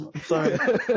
Sorry